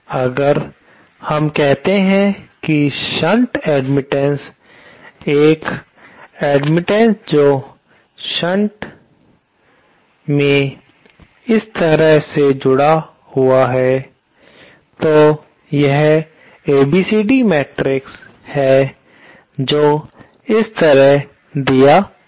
अगर हम कहते हैं कि शंट एडमिटन्स एक एडमिटन्स जो शंट हमें इस तरह से जुड़ा हुआ है तो यह ABCD मैट्रिक्स है जो इस तरह दिया जाता है